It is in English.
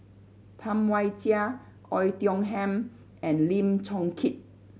Tam Wai Jia Oei Tiong Ham and Lim Chong Keat